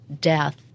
death